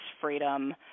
freedom